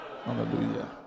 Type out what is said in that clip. Hallelujah